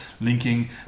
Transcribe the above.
linking